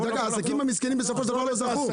העסקים המסכנים בסופו של דבר לא זכו.